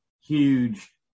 huge